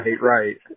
Right